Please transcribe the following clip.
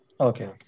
Okay